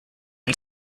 and